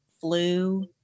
flu